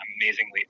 amazingly